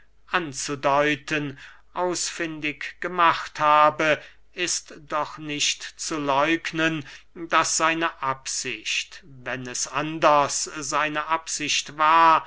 anzudeuten ausfindig gemacht habe ist doch nicht zu läugnen daß seine absicht wenn es anders seine absicht war